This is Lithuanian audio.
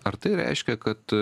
ar tai reiškia kad